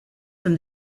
from